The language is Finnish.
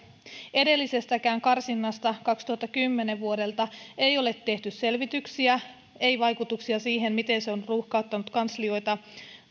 edellisestäkään karsinnasta vuodelta kaksituhattakymmenen ei ole tehty selvityksiä vaikutuksista siihen miten se on ruuhkauttanut kanslioita